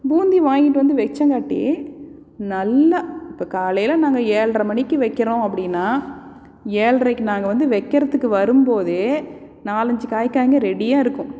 பூந்தி வாங்கிகிட்டு வந்து வச்சங்காட்டி நல்லா இப்போ காலையில் நாங்கள் ஏழ்ரை மணிக்கு வைக்கிறோம் அப்படினா ஏழ்ரைக்கு நாங்கள் வந்து வைக்கிறதுக்கு வரும்போதோ நாலஞ்சு காக்காய்ங்க ரெடியாக இருக்கும்